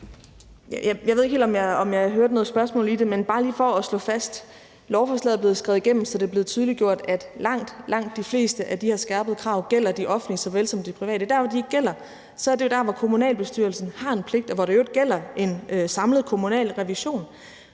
ikke helt, om jeg hørte noget spørgsmål i det, men bare for lige at slå det fast vil jeg sige, at lovforslaget er blevet skrevet igennem, så det er blevet tydeliggjort, at langt, langt de fleste af de her skærpede krav gælder de offentlige såvel som de private. De steder, det ikke gælder, har kommunalbestyrelsen en pligt, og dér er der i øvrigt også tale om en samlet kommunal revision.